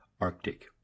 Arctic